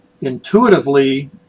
Intuitively